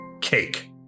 cake